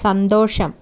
സന്തോഷം